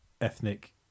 ethnic